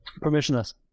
Permissionless